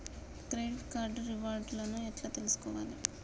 Credit card reward లను ఎట్ల తెలుసుకోవాలే?